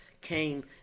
came